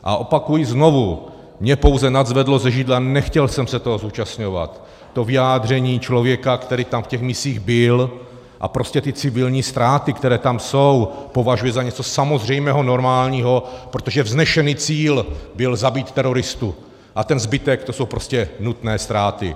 A opakuji znovu mě pouze nadzvedlo ze židle, a nechtěl jsem se toho zúčastňovat, to vyjádření člověka, který tam v těch misích byl a prostě ty civilní ztráty, které tam jsou, považuje za něco samozřejmého, normálního, protože vznešený cíl byl zabít teroristu a ten zbytek, to jsou prostě nutné ztráty.